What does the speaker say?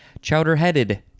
Chowderheaded